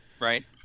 Right